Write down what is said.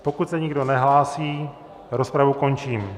Pokud se nikdo nehlásí, rozpravu končím.